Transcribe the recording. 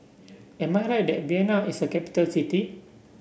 am I right that Vienna is a capital city